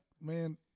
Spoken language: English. man